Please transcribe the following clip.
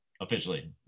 officially